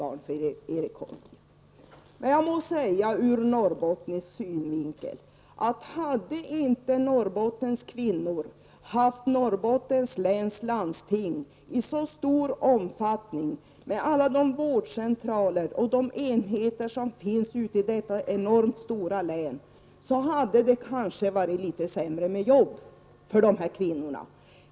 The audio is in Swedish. Jag vill emellertid säga ur norrbottnisk synvinkel att om inte kvinnor i Norrbotten hade haft tillgång till Norrbottens läns landsting i så stor omfattning med alla de vårdcentraler och enheter som finns ute i detta enormt stora län, skulle det ha varit litet sämre med arbete för dessa kvinnor.